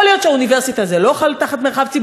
יכול להיות שהאוניברסיטה היא לא מרחב ציבורי,